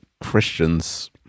Christians